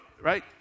right